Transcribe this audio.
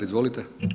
Izvolite.